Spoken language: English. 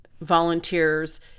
volunteers